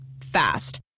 Fast